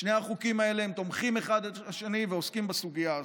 שני החוקים האלה תומכים אחד בשני ועוסקים בסוגיה הזאת.